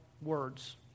words